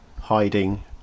hiding